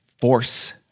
Force